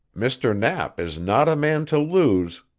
mr. knapp is not a man to lose,